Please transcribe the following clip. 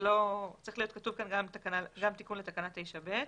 צריך להיות כאן תיקון גם לתקנה 9(ב).